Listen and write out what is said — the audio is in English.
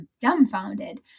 dumbfounded